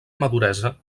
maduresa